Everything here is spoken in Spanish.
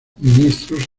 ministros